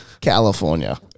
California